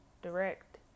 direct